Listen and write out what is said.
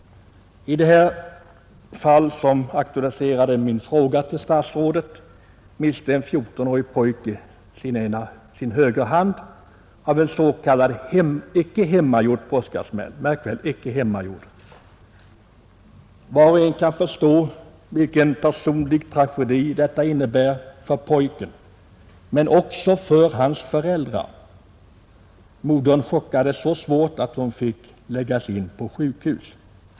I det fall som aktualiserade min fråga till statsrådet miste en 14-årig pojke sin högra hand av en icke hemgjord s.k. påsksmäll. Var och en kan förstå vilken personlig tragedi detta innebär för pojken men också för hans föräldrar. Modern chockades så svårt att hon måste läggas in på sjukhus.